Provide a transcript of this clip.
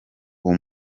uwo